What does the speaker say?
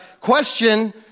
question